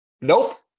Nope